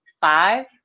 five